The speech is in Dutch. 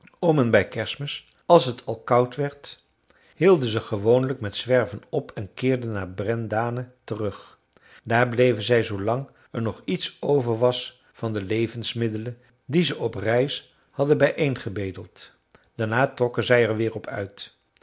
om en bij kerstmis als het al te koud werd hielden ze gewoonlijk met zwerven op en keerden naar brendane terug daar bleven zij zoolang er nog iets over was van de levensmiddelen die ze op reis hadden bijeengebedeld daarna trokken zij er weer op uit